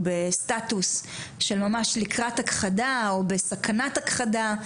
בסטטוס שממש לקראת הכחדה או בסכנת הכחדה.